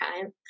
time